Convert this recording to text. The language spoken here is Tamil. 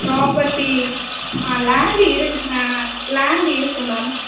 ப்ராப்பர்ட்டி ஆ லேண்ட் இரு ஆ லேண்ட் இருக்குது மேம்